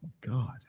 God